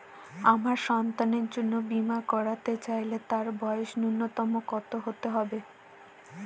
আমার সন্তানের জন্য বীমা করাতে চাইলে তার বয়স ন্যুনতম কত হতেই হবে?